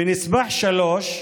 בנספח 3,